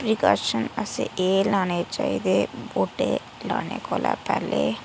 precaution असें एह् लाने चाहिदे बूह्टे लाने कोला पैह्ले